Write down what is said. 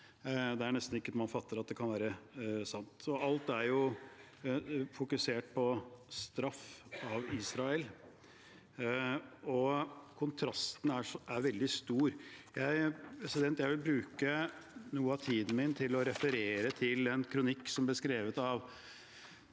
Det er nesten så man ikke fatter at det kan være sant. Alt er jo fokusert på straff av Israel, og kontrasten er veldig stor. Jeg vil bruke noe av tiden min til å referere fra en kronikk som ble skrevet av